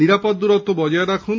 নিরাপদ দূরত্ব বজায় রাখুন